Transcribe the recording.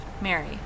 Mary